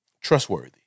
trustworthy